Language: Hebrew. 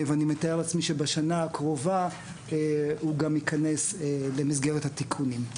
ואני מתאר לעצמי שבשנה הקרובה הוא גם יכנס במסגרת התיקונים.